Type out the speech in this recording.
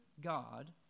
God